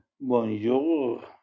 Bonjour